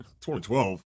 2012